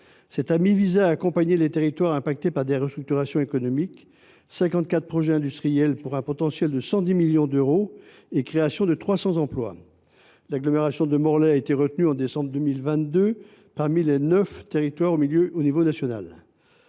Cet AMI visait à accompagner les territoires touchés par des restructurations économiques : 54 projets industriels pour un potentiel de 110 millions d’euros et la création de 300 emplois. L’agglomération de Morlaix a été retenue en décembre 2022 parmi les neuf territoires concernés au niveau national.